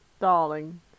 darling